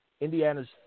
Indiana's